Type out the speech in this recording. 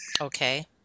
Okay